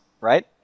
right